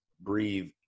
breathe